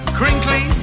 crinkly